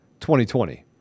2020